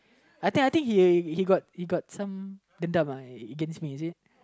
I think I think he he got he got some dendam ah against me is it